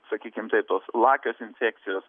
sakykim taip tos lakios infekcijos